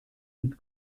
mit